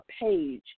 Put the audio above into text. page